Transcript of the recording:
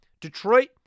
Detroit